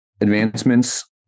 advancements